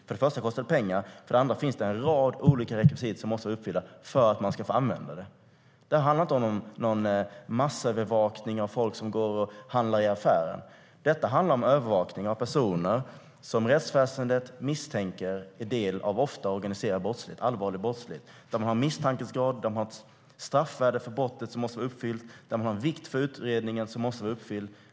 För det första kostar tvångsmedlen pengar, och för det andra finns en rad olika rekvisit som måste uppfyllas för att få använda dem. Det handlar inte om någon massövervakning av folk som går och handlar i affären. Detta handlar om övervakning av personer som rättsväsendet misstänker är del av ofta organiserad allvarlig brottslighet. Det finns en misstankegrad, och det finns ett straffvärde för brottet som måste vara uppfyllt. Vidare finns det ett krav på att övervakningen är av vikt för utredningen som måste vara uppfyllt.